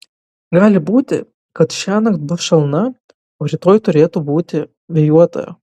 gali būti kad šiąnakt bus šalna o rytoj turėtų būti vėjuota